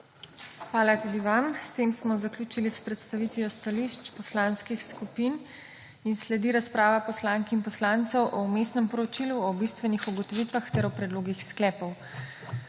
Hvala tudi vam. S tem smo zaključili s predstavitvijo stališč poslanskih skupin. Sledi razprava poslank in poslancev o Vmesnem poročilu, o bistvenih ugotovitvah ter o predlogih sklepov.